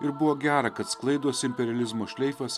ir buvo gera kad sklaidosi imperializmo šleifas